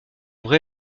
vrai